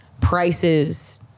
prices